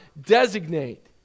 designate